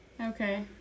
Okay